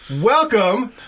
Welcome